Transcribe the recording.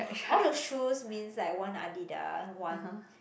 all the shoes means like one Adidas one